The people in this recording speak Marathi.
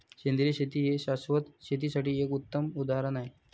सेंद्रिय शेती हे शाश्वत शेतीसाठी एक उत्तम उदाहरण आहे